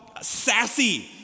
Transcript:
sassy